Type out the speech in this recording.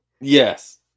Yes